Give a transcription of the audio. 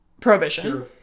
prohibition